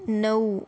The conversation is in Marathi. नऊ